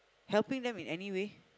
helping them in any way